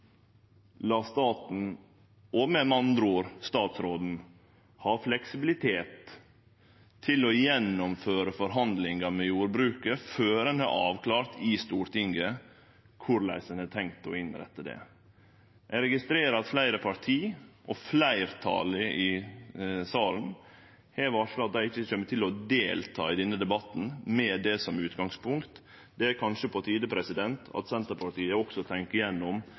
la staten – og med andre ord statsråden – ha fleksibilitet til å gjennomføre forhandlingar med jordbruket før ein har avklart i Stortinget korleis ein har tenkt å innrette det. Eg registrerer at fleire parti og fleirtalet i salen har varsla at dei ikkje kjem til å delta i denne debatten med det som utgangspunkt. Det er kanskje på tide at Senterpartiet også